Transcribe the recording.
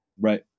Right